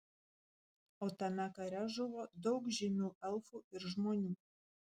o tame kare žuvo daug žymių elfų ir žmonių